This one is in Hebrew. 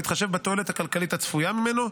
בהתחשב בתועלת הכלכלית הצפויה ממנו,